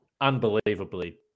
unbelievably